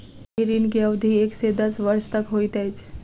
सावधि ऋण के अवधि एक से दस वर्ष तक होइत अछि